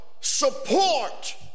support